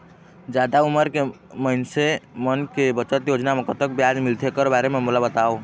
जादा उमर के मइनसे मन के बचत योजना म कतक ब्याज मिलथे एकर बारे म मोला बताव?